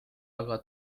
aga